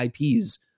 IPs